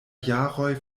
jaroj